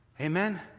Amen